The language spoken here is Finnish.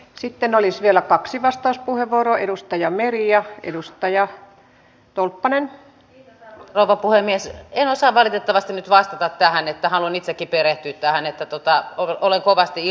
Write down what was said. sitten oli vielä kaksi vastauspuheenvuoro edustajan merja edustaja tolppanen nova puhemies en osaa valitettavasti nyt vastata tähän että haluan itsekin perehtyi tähän että totta olen kovasti